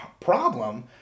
problem